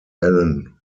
allen